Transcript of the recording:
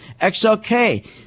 XLK